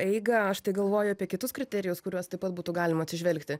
eigą aš tai galvoju apie kitus kriterijus kuriuos taip pat būtų galima atsižvelgti